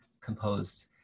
composed